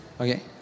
Okay